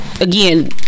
again